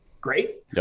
great